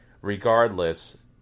Regardless